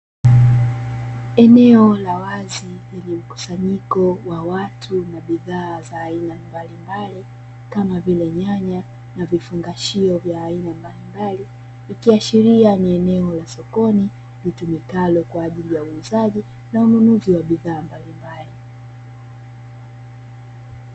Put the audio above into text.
Eneo la wazi lenye mkusanyiko wa watu na bidhaa za aina mbalimbali kama vile nyanya na vifungashio vya aina mbalimbali, ikiashiria ni eneo la sokoni litumikalo kwa ajili ya uuzaji na ununuzi wa bidhaa mbalimbali.